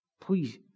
Please